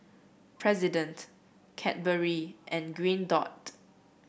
President Cadbury and Green Dot